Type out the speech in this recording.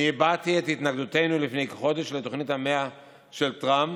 אני הבעתי את התנגדותנו לפני כחודש לתוכנית המאה של טראמפ,